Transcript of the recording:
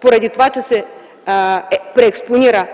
поради това, че абсолютно се преекспонира